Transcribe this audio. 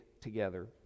together